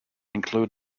include